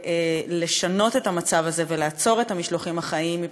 לשנות את המצב הזה ולעצור את המשלוחים החיים.